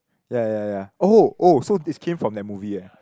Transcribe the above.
ya ya ya oh oh so is came from that movie ah